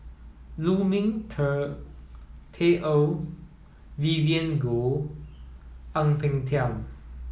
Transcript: Lu Ming Teh Earl Vivien Goh Ang Peng Tiam